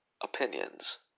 opinions